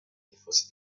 tifosi